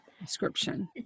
description